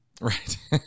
right